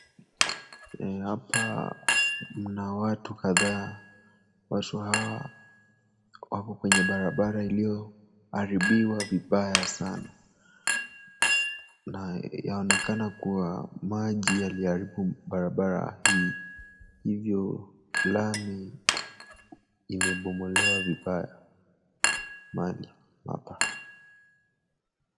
Hapa mna watu kadhaa. Watu hawa wako kwenye barabara iliyoharibiwa vibaya sana na yaonekana kuwa maji yaliharibu barabara hii, hivyo lami imebomolewa vibaya mahali hapa.